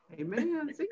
Amen